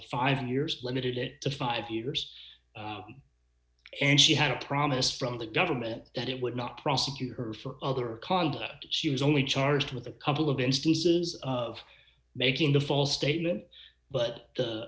five years limited it to five years and she had a promise from the government that it would not prosecute her for other conduct she was only charged with a couple of instances of making a false statement but the